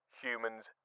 humans